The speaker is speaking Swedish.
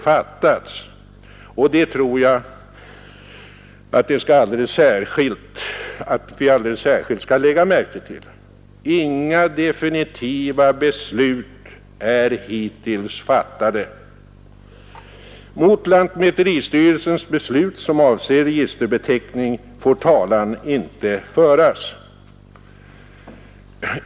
Jag tror att vi alldeles särskilt skall lägga märke till att inga definitiva beslut hittills är fattade. Mot lantmäteristyrelsens beslut som avser registerbeteckning får talan inte föras.